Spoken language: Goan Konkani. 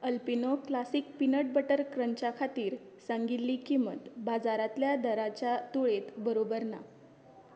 अल्पिनो क्लासीक पीनट बटर क्रंचा खातीर सांगिल्ली किंमत बाजारातल्या दरांच्या तुळेत बरोबर ना